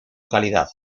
calidad